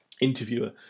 Interviewer